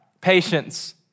patience